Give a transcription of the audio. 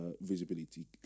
visibility